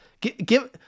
give